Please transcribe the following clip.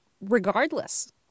regardless